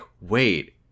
wait